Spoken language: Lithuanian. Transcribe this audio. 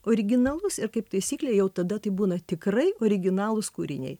originalus ir kaip taisyklė jau tada tai būna tikrai originalūs kūriniai